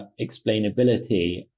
explainability